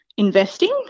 Investing